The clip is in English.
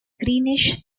greenish